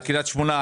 על קרית שמונה,